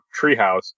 treehouse